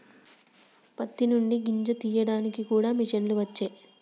పత్తి నుండి గింజను తీయడానికి కూడా మిషన్లు వచ్చే